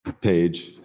page